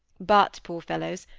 but, poor fellows,